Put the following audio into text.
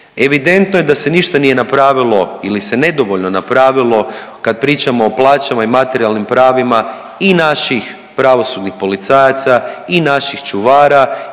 Evidentno je da se ništa nije napravilo ili se nedovoljno napravilo kad pričamo o plaćama i materijalnim pravima i naših pravosudnih policajaca i naših čuvara